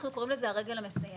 אנחנו קוראים לזה הרגל המסיימת.